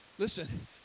Listen